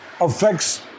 affects